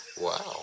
Wow